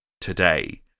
today